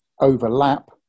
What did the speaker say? overlap